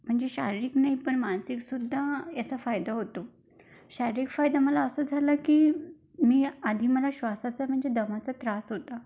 म्हणजे शारीरिक नाही पण मानसिकसुद्धा याचा फायदा होतो शारीरिक फायदा मला असं झाला की मी आधी मला श्वासाचा म्हणजे दमाचा त्रास होता